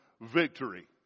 victory